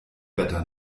wetter